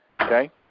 okay